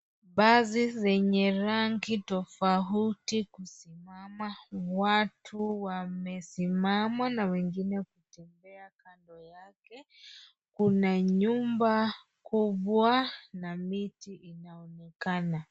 Basi zenye rangi tofauti kusimama. Watu wamesimama na wengine wanatembea kando yake. Kuna nyumba kubwa na miti inaonekana.